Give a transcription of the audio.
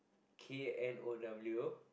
K N O W